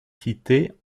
cités